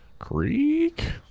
creek